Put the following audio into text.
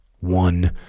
One